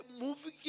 movie